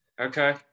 Okay